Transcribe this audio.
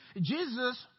Jesus